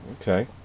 Okay